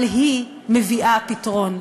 אבל היא מביאה פתרון,